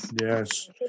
Yes